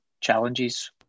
challenges